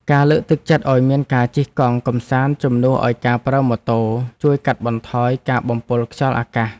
ការលើកទឹកចិត្តឱ្យមានការជិះកង់កម្សាន្តជំនួសឱ្យការប្រើម៉ូតូជួយកាត់បន្ថយការបំពុលខ្យល់អាកាស។